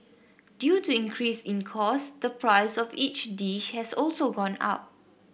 due to increase in cost the price of each dish has also gone up